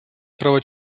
права